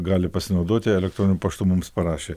gali pasinaudoti elektroniniu paštu mums paraše